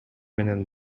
менен